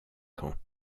ans